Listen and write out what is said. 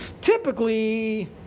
typically